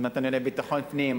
עוד מעט אענה כשר לביטחון פנים,